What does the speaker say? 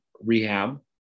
rehab